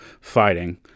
fighting